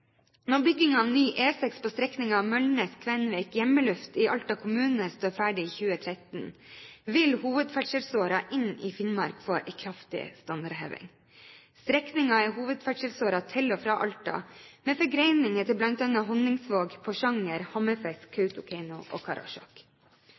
Når bygging av ny E6 på strekningen Møllnes–Kvenvik–Hjemmeluft i Alta kommune står ferdig i 2013, vil hovedferdselsåren inn i Finnmark få en kraftig standardheving. Strekningen er hovedferdselsåren til og fra Alta, med forgreninger til